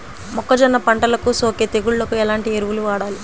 మొక్కజొన్న పంటలకు సోకే తెగుళ్లకు ఎలాంటి ఎరువులు వాడాలి?